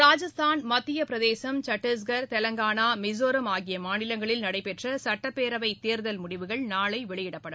ராஜஸ்தான் மத்தியபிரதேசம் சத்தீஸ்கர் தெலங்கானா மிசோரம் ஆகிய மாநிலங்களில் நடைபெற்ற சுட்டப்பேரவை தேர்தல் முடிவுகள் நாளை வெளியிடப்படும்